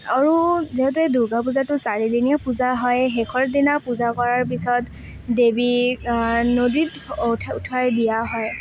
আৰু যিহেতু এই দুৰ্গা পূজাটো চাৰিদিনীয়া পূজা হয় শেষৰ দিনা পূজা কৰাৰ পিছত দেৱীক নদীত উটুৱাই দিয়া হয়